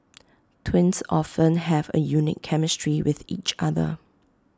twins often have A unique chemistry with each other